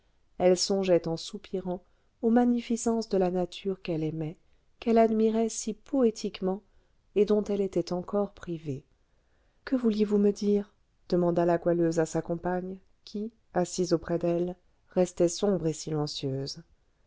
elle songeait en soupirant aux magnificences de la nature qu'elle aimait qu'elle admirait si poétiquement et dont elle était encore privée que vouliez-vous me dire demanda la goualeuse à sa compagne qui assise auprès d'elle restait sombre et silencieuse